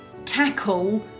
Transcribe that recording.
tackle